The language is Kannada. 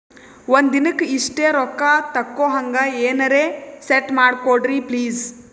ಒಂದಿನಕ್ಕ ಇಷ್ಟೇ ರೊಕ್ಕ ತಕ್ಕೊಹಂಗ ಎನೆರೆ ಸೆಟ್ ಮಾಡಕೋಡ್ರಿ ಪ್ಲೀಜ್?